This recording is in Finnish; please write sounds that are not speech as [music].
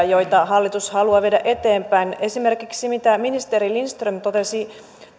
[unintelligible] joita hallitus haluaa viedä eteenpäin esimerkiksi sitä mitä ministeri lindström totesi